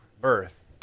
birth